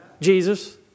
Jesus